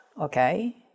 Okay